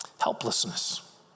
helplessness